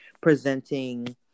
presenting